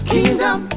Kingdom